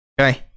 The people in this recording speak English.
Okay